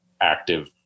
active